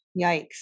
Yikes